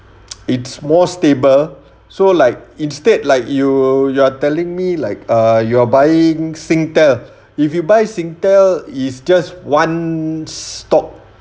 it's more stable so like instead like you you are telling me like err you are buying singtel if you buy singtel is just one stock